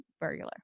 burglar